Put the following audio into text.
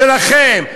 שלכם,